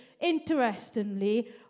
interestingly